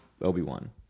Obi-Wan